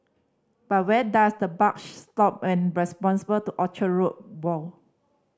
but where does the buck stop and responsible to Orchard Road woe